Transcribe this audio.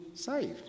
saved